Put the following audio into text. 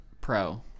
pro